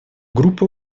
группы